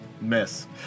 Miss